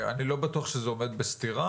אני לא בטוח שזה עומד בסתירה,